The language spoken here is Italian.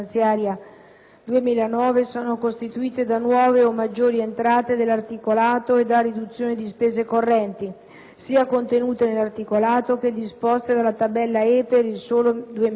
2009 sono costituite da nuove o maggiori entrate dell'articolato e da riduzioni di spese correnti, sia contenute nell'articolato che disposte dalla tabella E - per il solo 2009